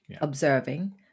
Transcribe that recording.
observing